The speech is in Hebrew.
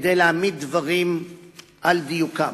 כדי להעמיד דברים על דיוקם.